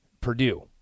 Purdue